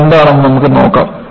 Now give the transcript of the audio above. ആ വരകൾ എന്താണെന്ന് നമ്മൾ നോക്കാം